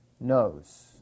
knows